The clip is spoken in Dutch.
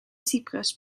cyprus